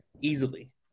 easily